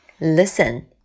Listen